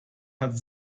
hat